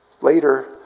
Later